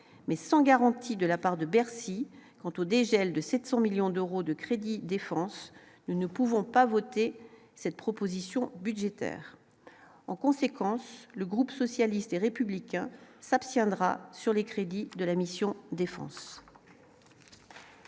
mais sans garantie de la part de Bercy quant au dégel de 700 millions d'euros de crédits défense nous ne pouvons pas voter cette proposition budgétaire en conséquence, le groupe socialiste et républicain s'abstiendra sur les crédits de la mission défense.